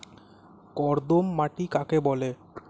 কর্দম মাটি কাকে বলে?